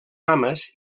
rames